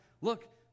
Look